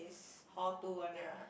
how to one night